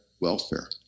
welfare